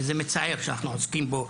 וזה מצער שאנחנו עוסקים בו